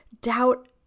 doubt